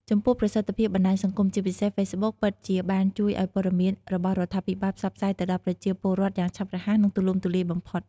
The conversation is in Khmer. ចំពោះប្រសិទ្ធភាពបណ្ដាញសង្គម ជាពិសេស Facebook ពិតជាបានជួយឱ្យព័ត៌មានរបស់រដ្ឋាភិបាលផ្សព្វផ្សាយទៅដល់ប្រជាពលរដ្ឋយ៉ាងឆាប់រហ័ស និងទូលំទូលាយបំផុត។